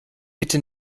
bitte